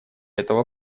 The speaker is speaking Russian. этого